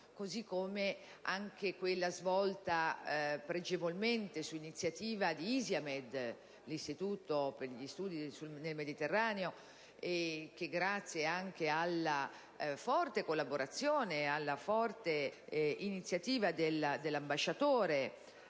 così come anche quella svolta pregevolmente su iniziativa di ISIAMED, l'Istituto italiano per l'Asia e il Mediterraneo, che grazie anche alla forte collaborazione e alla forte iniziativa dell'ambasciatore